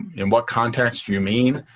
in what context you mean.